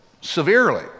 Severely